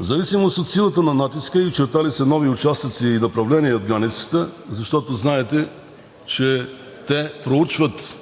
зависимост от силата на натиска и очертали се нови участъци и направления на границата, защото знаете, че те проучват